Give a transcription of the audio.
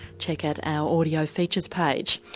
check at our audio features page.